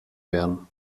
werden